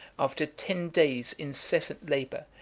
after ten days' incessant labor,